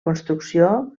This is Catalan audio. construcció